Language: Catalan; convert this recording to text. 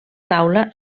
taula